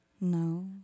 No